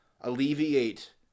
alleviate